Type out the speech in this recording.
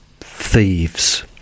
thieves